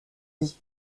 lit